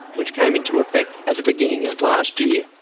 which came into effect at the beginning of last year.